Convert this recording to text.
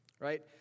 Right